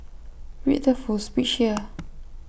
read the full speech here